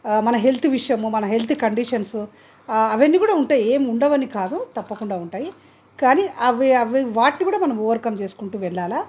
మన హెల్త్ విషయము మన హెల్త్ కండిషన్స్ అవన్నీ కూడా ఉంటాయి ఏం ఉండవని కాదు తప్పకుండా ఉంటాయి కానీ అవి అవి వాటిని కూడా మనం ఓవర్కమ్ చేసుకుంటూ వెళ్ళాలి